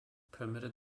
permitted